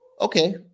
okay